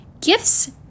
Gifts